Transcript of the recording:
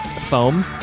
foam